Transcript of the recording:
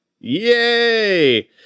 Yay